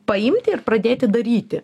paimti ir pradėti daryti